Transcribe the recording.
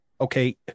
okay